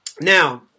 Now